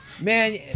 man